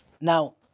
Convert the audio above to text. Now